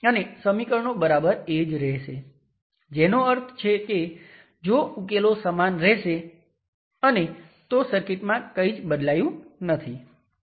અને Thevenin resistance Rth નક્કી કરો